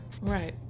Right